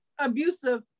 abusive